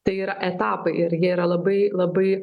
tai yra etapai ir jie yra labai labai